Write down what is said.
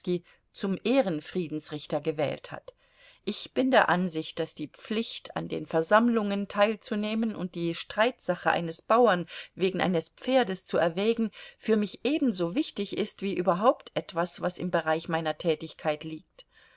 zum ehrenfriedensrichter gewählt hat ich bin der ansicht daß die pflicht an den versammlungen teilzunehmen und die streitsache eines bauern wegen eines pferdes zu erwägen für mich ebenso wichtig ist wie überhaupt etwas was im bereich meiner tätigkeit liegt